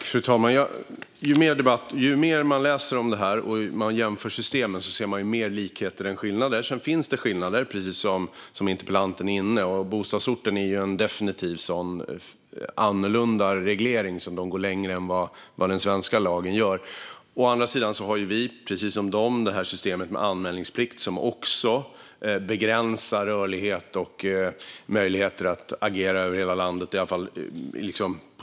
Fru talman! Ju mer man läser om detta och jämför systemen, desto mer ser man att det finns fler likheter än skillnader. Sedan finns det skillnader, precis som interpellanten är inne på. Bostadsorten är definitivt en sådan annorlunda reglering där man i Storbritannien går längre än vi gör enligt den svenska lagen. Å andra sidan har vi, precis som de, systemet med anmälningsplikt som också begränsar rörligheten och möjligheterna att agera över hela landet.